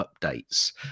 updates